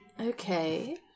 Okay